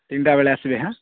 ତିନିଟା ବେଳେ ଆସିବେ ହାଁ